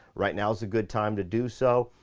right now is a good time to do so.